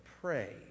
pray